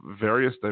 various